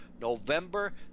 November